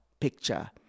picture